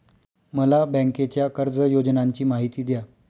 मला बँकेच्या कर्ज योजनांची माहिती द्या